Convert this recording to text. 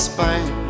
Spain